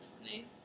funny